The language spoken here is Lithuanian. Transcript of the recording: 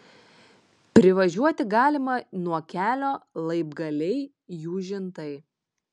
privažiuoti galima nuo kelio laibgaliai jūžintai